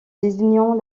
désignant